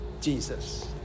Jesus